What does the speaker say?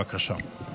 בבקשה.